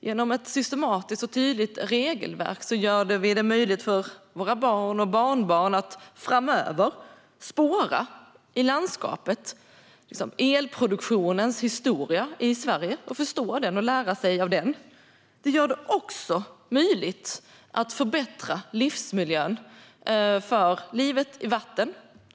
Genom ett systematiskt och tydligt regelverk gör vi det möjligt för våra barn och barnbarn att framöver i våra landskap spåra elproduktionens historia i Sverige, förstå den och lära sig av den. Det gör det också möjligt att förbättra livsmiljön för livet i vatten.